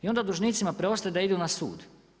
I onda dužnicima preostaje da idu na sud.